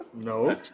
No